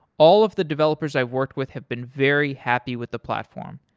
all of the developers i've worked with have been very happy with the platform.